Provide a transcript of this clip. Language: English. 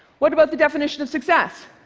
what about the definition of success?